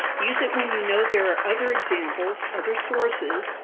use it when you know there are other examples, other sources,